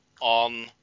on